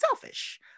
selfish